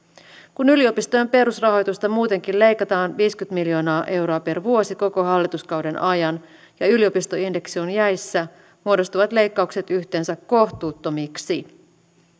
kun yliopistojen perusrahoitusta muutenkin leikataan viisikymmentä miljoonaa euroa per vuosi koko hallituskauden ajan ja yliopistoindeksi on jäissä muodostuvat leikkaukset yhteensä kohtuuttomiksi